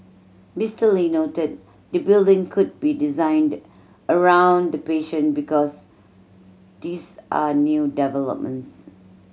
Mister Lee noted the building could be designed around the patient because these are new developments